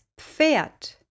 Pferd